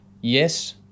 Yes